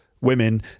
women